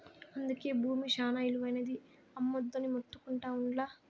అందుకే బూమి శానా ఇలువైనది, అమ్మొద్దని మొత్తుకుంటా ఉండ్లా